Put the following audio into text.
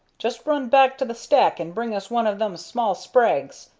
just run back to the stack and bring us one of them small sprags.